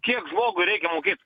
kiek žmogui reikia mokėt